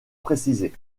précisé